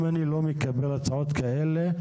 אם אני לא מקבל הצעות כאלה,